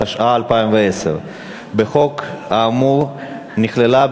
התש"ע 2010. בחוק האמור נכללה,